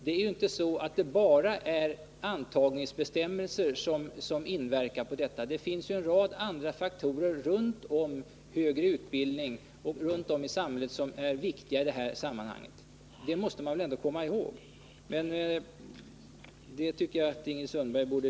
Det är inte bara antagningsbestämmelserna som inverkar på den. Det finns en rad andra faktorer runt den högre utbildningen och runt om i samhället som är viktiga i detta sammanhang. Det måste man väl ändå komma ihåg, Ingrid Sundberg.